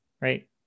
right